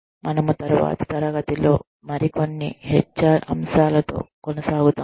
మనము తరువాతి తరగతిలో మరికొన్ని హెచ్ ఆర్ అంశాలతో కొనసాగుతాము